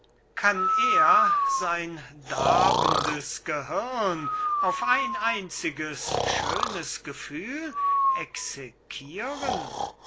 kann er sein darbendes gehirn auf ein einziges schönes gefühl exequieren